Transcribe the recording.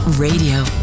Radio